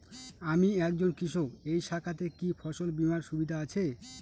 আমি একজন কৃষক এই শাখাতে কি ফসল বীমার সুবিধা আছে?